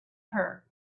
her